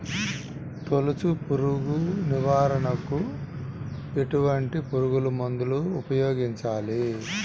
తొలుచు పురుగు నివారణకు ఎటువంటి పురుగుమందులు ఉపయోగించాలి?